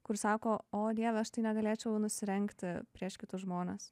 kur sako o dieve aš tai negalėčiau nusirengti prieš kitus žmones